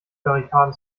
barrikaden